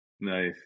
Nice